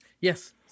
Yes